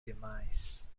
demise